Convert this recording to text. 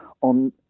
on